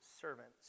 servants